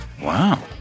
Wow